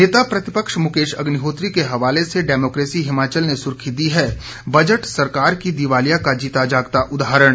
नेता प्रतिपक्ष मुकेश अग्निहोत्री के हवाले से डेमोक्रेसी हिमाचल ने सुर्खी दी है बजट सरकार की दिवालिया का जीता जागता उदाहरण